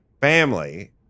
family